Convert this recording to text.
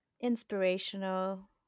Inspirational